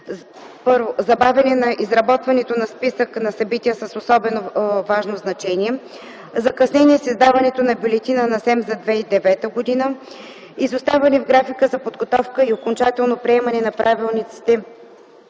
си: - забавяне на изработването на списък на събития с особено важно значение; - закъснение с издаването на Бюлетина на СЕМ за 2009 г; - изоставане в графика за подготовка и окончателно приемане на правилниците